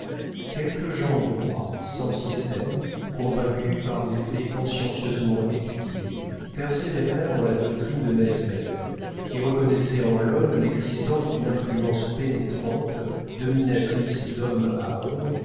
quelques gens droits sans système convaincus par des faits consciencieusement étudiés persévérèrent dans la doctrine de mesmer qui reconnaissait en l'homme l'existence d'une influence pénétrante dominatrice d'homme à homme